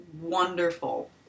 wonderful